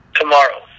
tomorrow